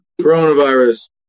Coronavirus